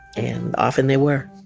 and, often, they were.